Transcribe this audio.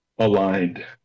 Aligned